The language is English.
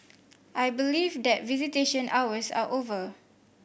I believe that visitation hours are over